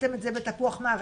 עשיתם את זה בתפוח מערב,